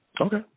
Okay